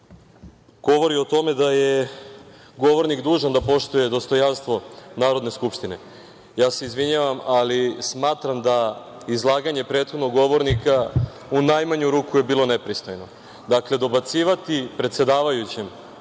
govori o tome da je govornik dužan da poštuje dostojanstvo Narodne skupštine. Izvinjavam se, ali smatram da je izlaganje prethodnog govornika, u najmanju ruku, bilo nepristojno. Dakle, dobacivati predsedavajućem,